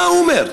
מה הוא אומר.